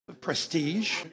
prestige